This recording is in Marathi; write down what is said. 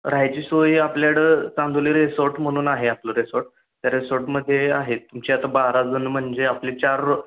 राहायची सोयही आपल्याकडं चांदोली रेसॉर्ट म्हणून आहे आपलं रेसॉर्ट त्या रिसॉर्टमध्ये आहे तुमचे आता बाराजणं म्हणजे आपले चार